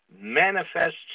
manifests